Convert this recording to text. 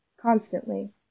Constantly